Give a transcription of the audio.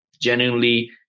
genuinely